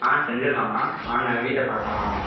ஆ செஞ்சிடலாம்மா வாங்க வீட்டை பார்க்கலாம் வாங்க